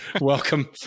welcome